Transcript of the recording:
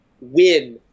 win